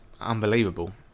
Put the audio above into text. unbelievable